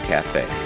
Cafe